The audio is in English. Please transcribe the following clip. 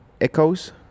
echoes